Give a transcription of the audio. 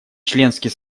членский